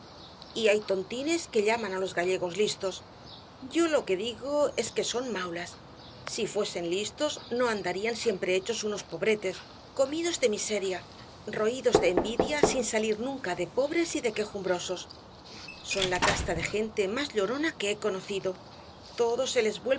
y hay tontines que llaman á los gallegos listos yo lo que digo es que son maulas si fuesen listos no andarían siempre hechos unos pobretes comidos de miseria roídos de envidia sin salir nunca de pobres y de quejumbrosos son la casta de gente más llorona que he conocido